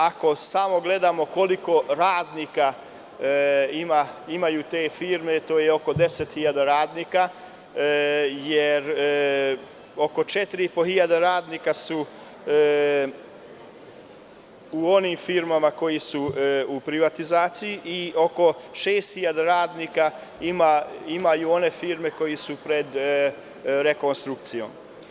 Ako samo gledamo koliko radnika imaju te firme, oko 10 hiljada radnika, jer oko četiri i po hiljade radnika su u onim firmama koje su u privatizaciji i oko šest hiljada radnika imaju one firme koje su pred rekonstrukcijom.